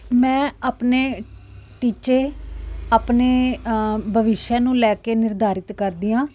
ਮੈਂ ਆਪਣੇ ਟੀਚੇ ਆਪਣੇ ਬਵਿੱਛਯ ਨੂੰ ਲੈ ਕੇ ਨਿਰਧਾਰਿਤ ਕਰਦੀ ਹਾਂ